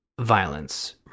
violence